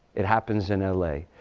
it happens in ah la.